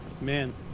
Man